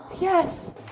Yes